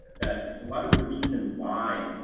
that a lot of the reason why